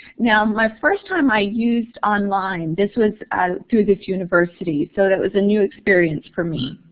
now, my first time i used online, this was through this university, so that was a new experience for me.